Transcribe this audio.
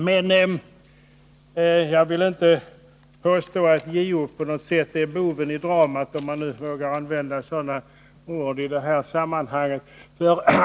Men jag vill inte på något sätt påstå att JO är boven i dramat, om jag nu vågar använda sådana ordidetta sammanhang.